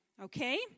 Okay